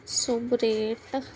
substrate